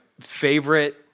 favorite